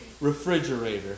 refrigerator